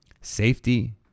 safety